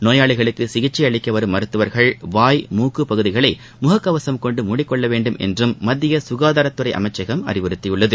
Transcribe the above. நோயாளிகளுக்கு சிகிச்சை அளிக்க வரும் மருத்துவர்கள் வாய் மூக்கு பகுதிகளை முகக்கவசம் கொண்டு மூடிக்கொள்ள வேண்டும் என்றும் மத்திய சுகாதார துறை அமைச்சகம் அறிவுறுத்தியுள்ளது